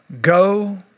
go